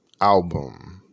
album